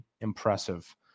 impressive